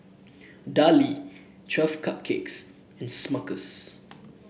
Darlie Twelve Cupcakes and Smuckers